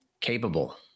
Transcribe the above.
capable